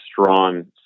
strong